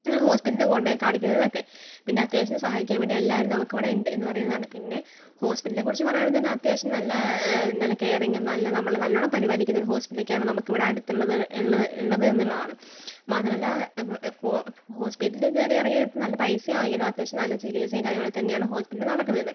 ഹോസ്പിറ്റലിൽ കൊണ്ടു പോയി കാണിക്കുന്നതൊക്കെ പിന്നെ അത്യാവശ്യം സഹായിക്കാൻ വേണ്ടി എല്ലാവരും നമുക്കിവിടെ ഉണ്ട് എന്ന് പറയുന്നതാണ് പിന്നെ ഹോസ്പിറ്റലിനെ കുറിച്ച് പറയുവാണെങ്കിൽ തന്നെ അത്യാവശ്യം നല്ല നല്ല കെയറിങ്ങും നല്ല നമ്മളെ നല്ലോണം പരിപാലിക്കുന്ന ഒരു ഹോസ്പിറ്റലിലേക്കാണ് നമുക്കിവിടെ അടുത്ത് ഉള്ളത് ഉള്ളത് ഉള്ളത് എന്നുള്ളതാണ് മാത്രമല്ല ഹോ ഹോസ്പിറ്റല് കയറി ഇറങ്ങി നല്ല പൈസ ആകിലും അത്യാവശ്യം നല്ല ചികിത്സേം കാര്യങ്ങളൊക്കെ തന്നെയാണ് ഹോസ്പിറ്റൽ നടക്കുന്നത്